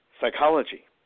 psychology